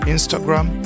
Instagram